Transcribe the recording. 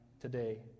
today